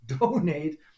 donate